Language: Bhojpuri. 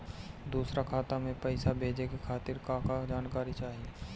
दूसर खाता में पईसा भेजे के खातिर का का जानकारी चाहि?